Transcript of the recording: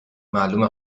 معلومه